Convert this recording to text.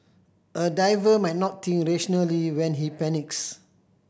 a diver might not think rationally when he panics